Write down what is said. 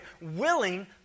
willing